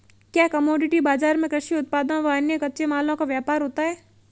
क्या कमोडिटी बाजार में कृषि उत्पादों व अन्य कच्चे मालों का व्यापार होता है?